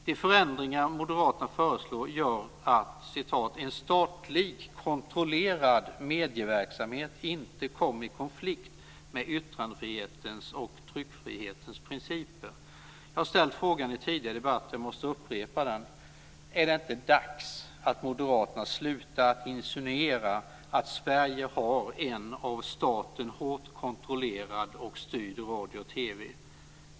De förändringar moderaterna föreslår gör att "en statligt kontrollerad medieverksamhet inte kommer i konflikt med yttrandefrihetens och tryckfrihetens principer". Jag har ställt frågan i tidigare debatter och måste upprepa den: Är det inte dags att moderaterna slutar att insinuera att Sverige har en av staten hårt kontrollerad och styrd radio och TV?